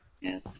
Yes